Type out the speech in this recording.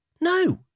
No